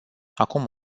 acum